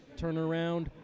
turnaround